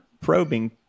probing